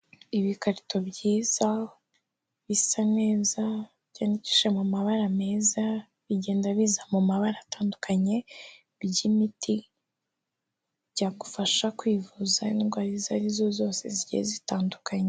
Ibikarito byiza bisa neza, byandikishije mu mabara meza, bigenda biza mu mabara atandukanye, by'imiti byagufasha kwivuza indwara izo ari zose zigiye zitandukanye.